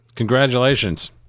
Congratulations